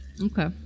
Okay